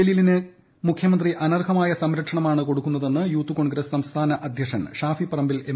ജലീലിന് കേരളത്തിലെ മുഖ്യമന്ത്രി അനർഹമായ സംരക്ഷണമാണ് കൊടൂക്കുന്നതെന്ന് യൂത്ത് കോൺഗ്രസ് സംസ്ഥാന അധ്യക്ഷർ ഷാഫി പറമ്പിൽ എം